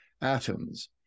atoms